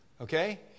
Okay